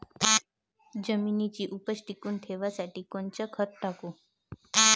जमिनीची उपज टिकून ठेवासाठी कोनचं खत टाकू?